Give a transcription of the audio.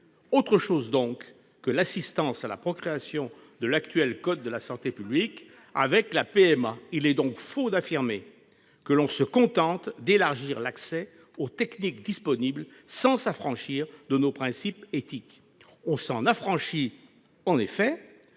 autre chose, donc, que l'« assistance à la procréation » de l'actuel code de la santé publique, la PMA. Il est donc faux d'affirmer que l'on se contente « d'élargir l'accès aux techniques disponibles sans s'affranchir de nos principes éthiques ». On s'en affranchit, en effet,